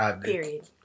Period